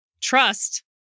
Trust